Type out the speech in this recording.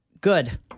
Good